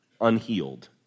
unhealed